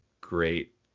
great